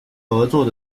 合作